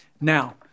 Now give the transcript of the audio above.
Now